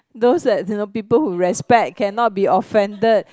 those that the people who respect cannot be offended